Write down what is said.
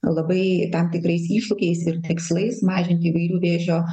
labai tam tikrais iššūkiais ir tikslais mažinti įvairių vėžio